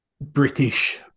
British